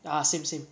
ya same same